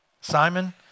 Simon